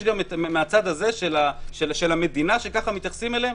עכשיו גם מהצד הזה של המדינה שככה מתייחסים אליהם?